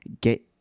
get